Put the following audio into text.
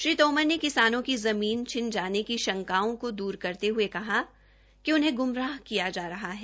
श्री तोमर ने किसानों की ज़मीन छिन जाने की शंकाओं को दूर करते हये कहा कि उन्हें गुमराह किया जा रहा है